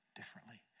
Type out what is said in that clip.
differently